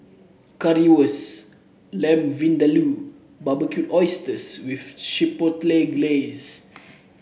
Lamb Vindaloo and Barbecued Oysters with Chipotle Glaze